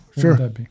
sure